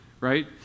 right